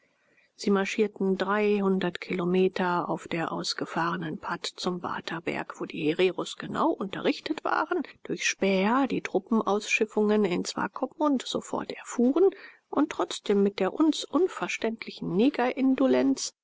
sie marschierten dreihundert kilometer auf der ausgefahrenen pad zum waterberg wo die hereros genau unterrichtet waren durch späher die truppenausschiffungen in swakopmund sofort erfuhren und trotzdem mit der uns unverständlichen